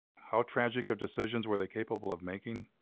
how tragic of decisions were they capable of making?